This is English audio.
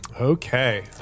Okay